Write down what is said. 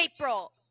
April